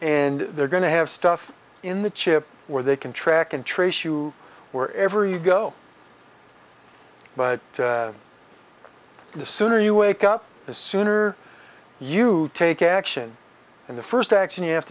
and they're going to have stuff in the chip where they can track and trace you wherever you go but the sooner you wake up the sooner you take action and the first action you have